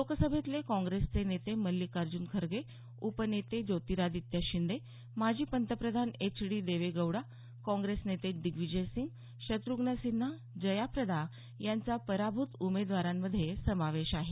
लोकसभेतले काँग्रेसचे नेते मछ्छिकार्ज्न खरगे उपनेते ज्योतिरादित्य शिंदे माजी पंतप्रधान एच डी देवेगौडा काँग्रेस नेते दिग्विजय सिंग शत्र्घ्न सिन्हा जया प्रदा यांचा पराभूत उमेदवारांमध्ये समावेश आहे